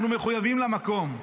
אנחנו מחויבים למקום,